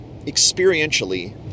experientially